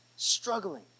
struggling